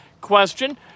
question